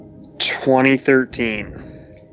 2013